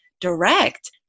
direct